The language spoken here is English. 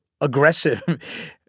aggressive